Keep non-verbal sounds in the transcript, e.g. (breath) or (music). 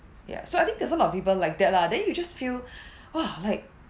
ya so I think there's a lot of people like that lah then you just feel (breath) !wah! like